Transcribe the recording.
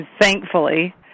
thankfully